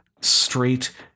straight